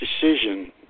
decision